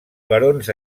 barons